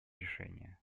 решение